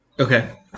Okay